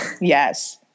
Yes